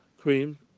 cream